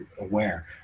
aware